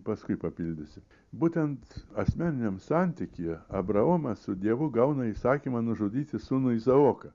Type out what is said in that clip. paskui papildysi būtent asmeniniam santikyje abraomas su dievu gauna įsakymą nužudyti sūnų izaoką